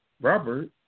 Robert